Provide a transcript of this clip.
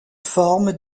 forme